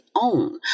own